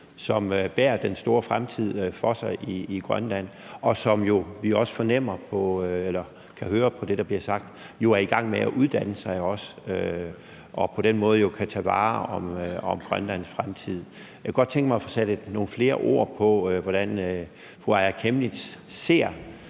som bærer den store fremtid i Grønland foran sig, og som vi også kan høre på det, der bliver sagt, er i gang med at uddanne sig og på den måde kan tage vare om Grønlands fremtid. Jeg kunne godt tænke mig at få sat nogle flere ord på, hvordan fru Aaja Chemnitz ser